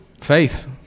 Faith